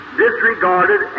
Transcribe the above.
disregarded